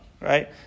right